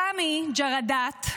סאמי ג'רדאת,